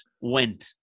went